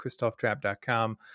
christophtrap.com